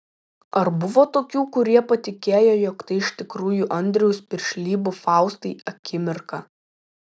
ar buvo tokių kurie patikėjo jog tai iš tikrųjų andriaus piršlybų faustai akimirka